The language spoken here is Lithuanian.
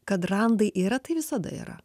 kad randai yra tai visada yra